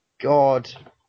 God